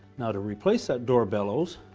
to replace that door bellows,